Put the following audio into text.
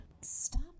Stop